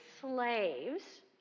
slaves